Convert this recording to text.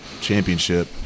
Championship